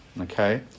okay